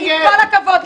עם כל הכבוד לך.